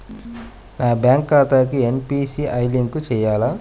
నా బ్యాంక్ ఖాతాకి NPCI link చేయాలా?